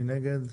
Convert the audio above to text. מי נגד?